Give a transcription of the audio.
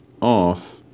off